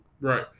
Right